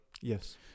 Yes